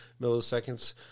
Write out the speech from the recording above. milliseconds